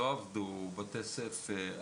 עבדו, בתי ספר.